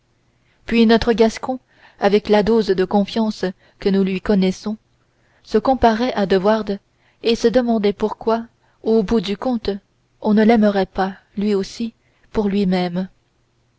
puis notre gascon avec la dose de confiance que nous lui connaissons se comparait à de wardes et se demandait pourquoi au bout du compte on ne l'aimerait pas lui aussi pour lui-même